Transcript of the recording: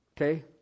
Okay